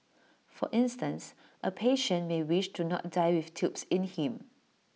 for instance A patient may wish to not die with tubes in him